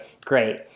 great